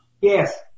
Yes